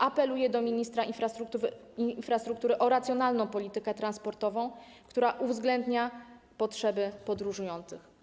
Apeluję do ministra infrastruktury o racjonalną politykę transportową, która uwzględnia potrzeby podróżujących.